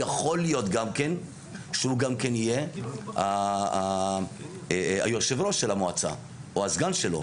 יכול להיות שהוא גם כן יהיה היושב-ראש של המועצה או הסגן שלו.